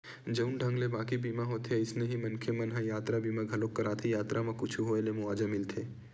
जउन ढंग ले बाकी बीमा होथे अइसने ही मनखे मन ह यातरा बीमा घलोक कराथे यातरा म कुछु होय ले मुवाजा मिलथे